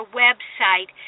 website